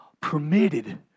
permitted